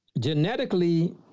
Genetically